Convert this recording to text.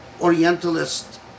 Orientalist